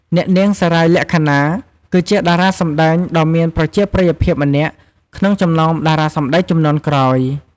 អ្នកនាង សារាយ សក្ខណា គឺជាតារាសម្តែងដ៏មានប្រជាប្រិយភាពម្នាក់ក្នុងចំណោមតារាសម្តែងជំនាន់ក្រោយ។